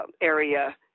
area